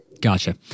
Gotcha